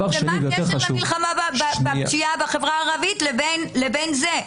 מה הקשר בין המלחמה בפשיעה בחברה הערבית לבין זה?